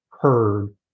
heard